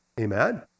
Amen